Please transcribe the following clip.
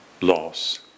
loss